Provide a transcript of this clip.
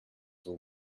were